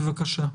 בבקשה.